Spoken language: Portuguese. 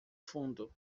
fundo